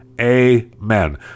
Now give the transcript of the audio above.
amen